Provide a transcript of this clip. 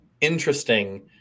interesting